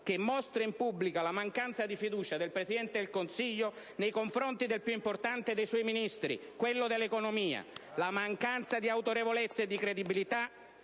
che mostra in pubblico la mancanza di fiducia del Presidente del Consiglio nei confronti del più importante dei suoi Ministri, quello dell'economia. *(Applausi del senatore Peterlini).*